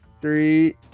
three